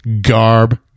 Garb